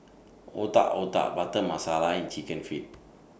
Otak Otak Butter Masala and Chicken Feet